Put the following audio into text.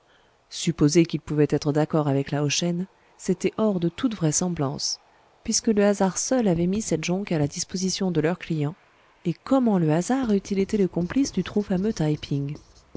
supposer qu'ils pouvaient être d'accord avec lao shen c'était hors de toute vraisemblance puisque le hasard seul avait mis cette jonque à la disposition de leur client et comment le hasard eût-il été le complice du trop fameux taï ping